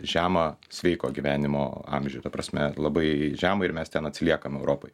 žemą sveiko gyvenimo amžių ta prasme labai žemą ir mes ten atsiliekam europoj